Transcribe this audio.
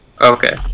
okay